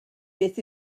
beth